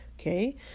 okay